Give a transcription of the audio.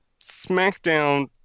SmackDown